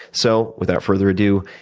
so without further ado,